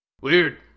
Weird